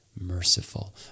merciful